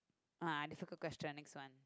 ah difficult question next one